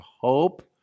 hope